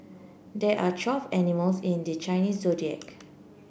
there are twelve animals in the Chinese Zodiac